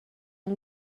اون